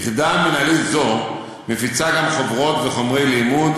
יחידה מינהלית זו מפיצה גם חוברות וחומרי לימוד,